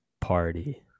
Party